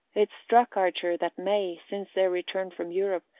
it struck archer that may, since their return from europe,